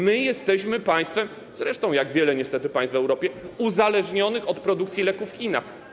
My jesteśmy państwem, zresztą jak wiele niestety państw w Europie, uzależnionym od produkcji leków w Chinach.